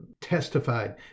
testified